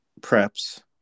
preps